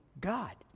God